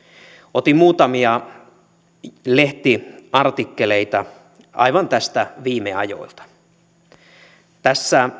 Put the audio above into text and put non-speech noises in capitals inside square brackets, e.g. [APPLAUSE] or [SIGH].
otin muutamia lehtiartikkeleita aivan tästä viime ajoilta tässä [UNINTELLIGIBLE]